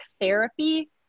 therapy